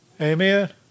Amen